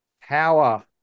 power